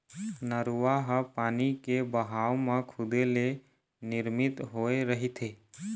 नरूवा ह पानी के बहाव म खुदे ले निरमित होए रहिथे